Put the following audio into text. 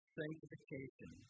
sanctification